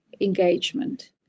engagement